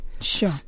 sure